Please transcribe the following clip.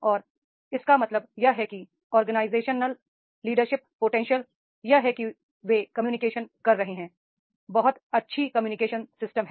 और इसका मतलब यह है कि ऑर्गेनाइजेशन लीडरशिप पोटेंशियल यह है कि वे कम्युनिकेशन कर रहे हैं बहुत अच्छी कम्युनिकेशन सिस्टम है